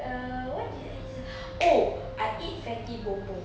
err what did I eat ah oh I eat fatty bom bom